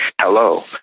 hello